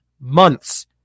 months